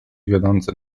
wiodące